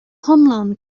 hiomlán